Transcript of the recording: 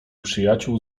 przyjaciół